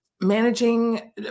managing